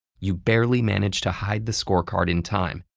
you barely manage to hide the scorecard in time,